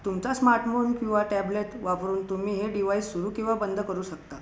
तुमचा स्मार्टफोन किंवा टॅब्लेट वापरून तुम्ही हे डिवाईस सुरू किंवा बंद करू शकता